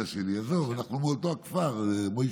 מאותו הכפר, מוישה.